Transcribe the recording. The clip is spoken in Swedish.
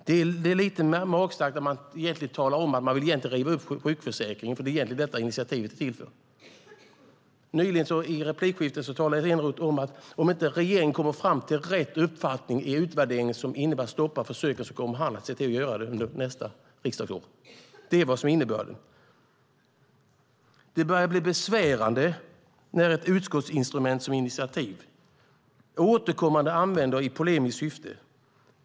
Det är lite magstarkt att tala om att man egentligen vill riva upp sjukförsäkringen, som egentligen är syftet med initiativet. I replikskiftet talade Eneroth nyligen om att om inte regeringen kommer fram till rätt uppfattning i utvärderingen som innebär att stoppa försöken kommer han att se till att man gör det nästa riksdagsår. Det är innebörden. Det börjar bli besvärande när ett utskottsinstrument som initiativ återkommande används i polemiskt syfte.